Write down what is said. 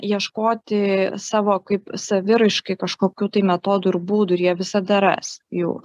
ieškoti savo kaip saviraiškai kažkokių tai metodų ir būdų ir jie visada ras jų